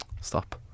Stop